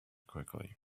quickly